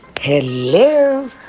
hello